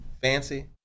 fancy